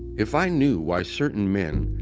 if i knew why certain men,